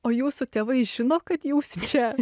o jūsų tėvai žino kad jūs čia